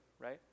right